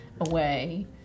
away